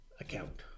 account